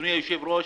אדוני היושב-ראש,